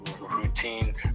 routine